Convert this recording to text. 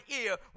ear